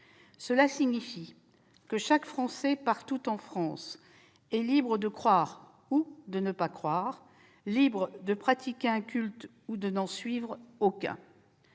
Cela signifie que chaque Français, partout en France, est libre de croire ou de ne pas croire, libre de pratiquer un culte ou de n'en suivre aucun.